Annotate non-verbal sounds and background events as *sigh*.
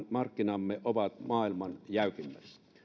*unintelligible* työmarkkinamme ovat maailman jäykimmät